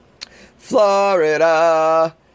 Florida